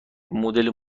مدل